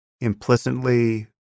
implicitly